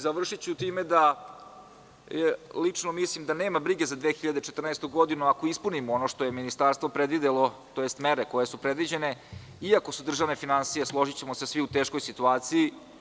Završiću time da lično mislim da nema brige za 2014. godinu ako ispunimo ono što je ministarstvo predvidelo tj. mere koje su predviđene, iako su državne finansije, složićemo se svi, u teškoj situaciji.